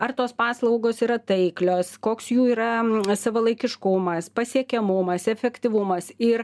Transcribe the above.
ar tos paslaugos yra taiklios koks jų yra savalaikiškumas pasiekiamumas efektyvumas ir